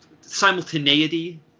simultaneity